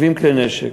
70 כלי נשק.